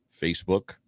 Facebook